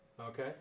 Okay